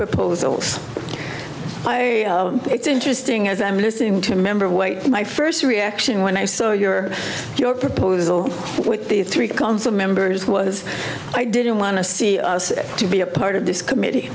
proposals it's interesting as i'm listening to a member of weight my first reaction when i saw your your proposal with the three council members was i didn't want to see us to be a part of this committee